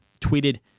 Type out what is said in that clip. tweeted